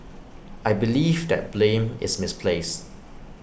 I believe that blame is misplaced